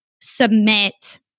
submit